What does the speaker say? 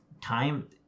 time